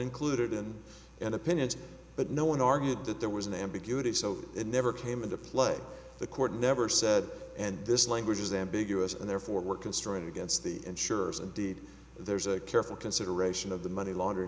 included and in opinions but no one argued that there was an ambiguity so it never came into play the court never said and this language is ambiguous and therefore we're constrained against the insurers indeed there's a careful consideration of the money laundering